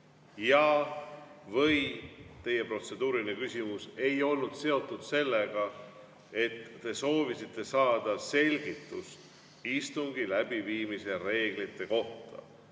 Teie protseduuriline küsimus ei olnud seotud sellega, et te soovisite saada selgitust istungi läbiviimise reeglite kohta.